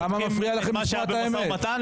למה מפריע לכם לשמוע את האמת?